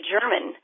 German